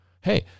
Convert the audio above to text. Hey